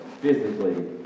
physically